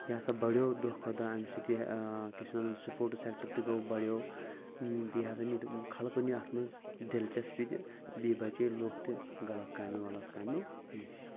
یہِ ہسا بَڑیو دۄہ کھۄتہٕ دۄہ اَمہِ سۭتۍ کیٛاہ چھِ وَنان سپوٹٕس سیکٹر تہِ گوٚو بَڑیو بیٚیہِ ہسا نی تہِ خلقو نی اَتھ منٛز دِلچسپی تہِ بیٚیہِ بَچے لُکھ تہِ غلط کامیو ولط کامیو نِش